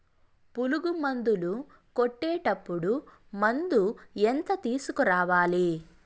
పులుగు మందులు కొట్టేటప్పుడు మందు ఎంత తీసుకురావాలి?